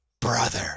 Brother